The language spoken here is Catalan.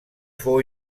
fou